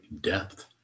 depth